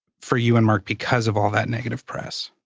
for you and mark because of all that negative press?